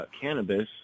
cannabis